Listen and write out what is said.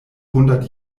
hundert